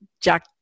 Jack